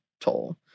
toll